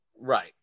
right